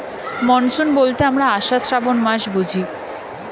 monsoon বলতে আমরা আষাঢ়, শ্রাবন মাস বুঝি